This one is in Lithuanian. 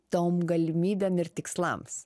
tom galimybėm ir tikslams